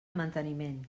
manteniment